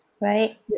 right